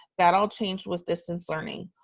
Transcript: that all changed with distance learning.